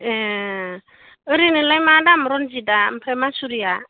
ए ओरैनोलाय मा दाम रन्जितआ ओमफ्राय मासुरिआ